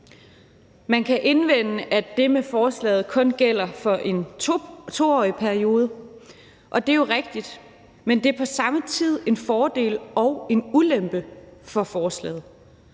Man kan indvende, at det med forslaget kun gælder for en 2-årig periode, og det er jo rigtigt, men det er på en og samme tid en fordel og en ulempe ved forslaget.